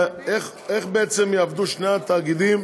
איך בעצם יעבדו שני התאגידים